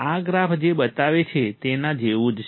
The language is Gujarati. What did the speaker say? આ ગ્રાફ જે બતાવે છે તેના જેવું જ છે